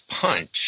punch